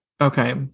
Okay